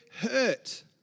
hurt